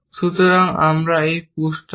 সুতরাং আমরা এই পুসড আউট